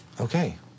okay